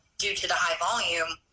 due to the high volume,